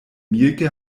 mielke